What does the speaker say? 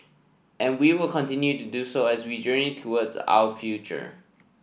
and we will continue to do so as we journey towards our future